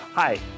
Hi